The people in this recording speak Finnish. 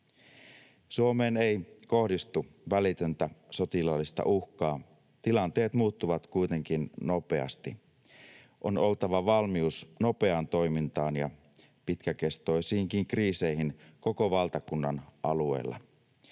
Suomeen ei kohdistu välitöntä sotilaallista uhkaa. Tilanteet muuttuvat kuitenkin nopeasti. On oltava valmius nopeaan toimintaan ja pitkäkestoisiinkin kriiseihin koko valtakunnan alueella.